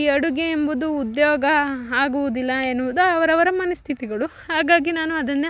ಈ ಅಡುಗೆ ಎಂಬುದು ಉದ್ಯೋಗ ಆಗುವುದಿಲ್ಲ ಎನ್ನುವುದು ಅವ್ರ ಅವ್ರ ಮನಸ್ಥಿತಿಗಳು ಹಾಗಾಗಿ ನಾನು ಅದನ್ನು